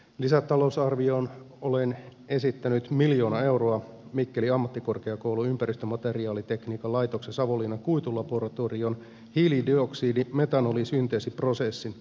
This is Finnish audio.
lisätalousarvioon olen esittänyt miljoona euroa mikkelin ammattikorkeakoulun ympäristömateriaalitekniikan laitoksen savonlinnan kuitulaboratorion hiilidioksidimetanoli synteesiprosessin jatkotutkimukseen